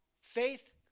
Faith